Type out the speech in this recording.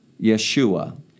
Yeshua